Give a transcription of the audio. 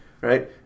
right